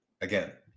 Again